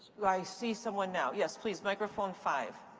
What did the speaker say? like i see someone now. yes, please, microphone five.